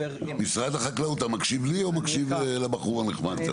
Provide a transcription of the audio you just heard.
משרד החקלאות אתה מקשיב לי, או מקשיב לבחור הנחמד?